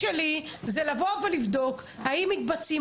ההתנהלות שלי היא לבוא ולבדוק האם מתבצעים